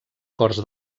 cors